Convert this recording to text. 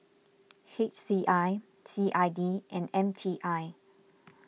H C I C I D and M T I